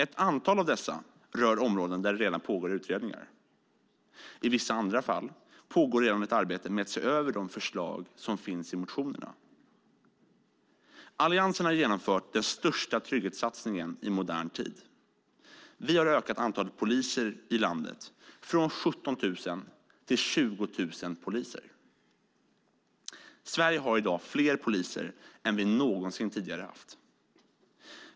Ett antal av dessa reservationer rör områden där det redan pågår utredningar. I vissa andra fall pågår redan ett arbete med att se över de förslag som finns i motionerna. Alliansen har genomfört den största trygghetssatsningen i modern tid. Vi har ökat antalet poliser i landet från 17 000 till 20 000. Sverige har i dag fler poliser än vi någonsin tidigare har haft.